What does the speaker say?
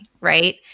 right